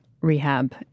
rehab